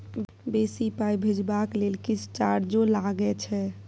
बेसी पाई भेजबाक लेल किछ चार्जो लागे छै?